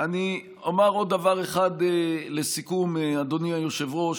אני אומר עוד דבר אחד, לסיכום, אדוני היושב-ראש: